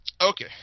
okay